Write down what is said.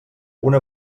una